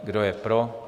Kdo je pro?